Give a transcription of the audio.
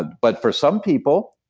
but for some people,